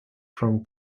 from